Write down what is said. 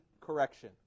correction